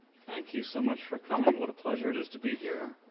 thank you so much for coming, what a pleasure it is to be here.